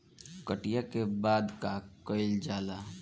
कटिया के बाद का कइल जाला?